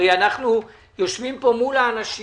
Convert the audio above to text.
הרי אנחנו יושבים כאן מול האנשים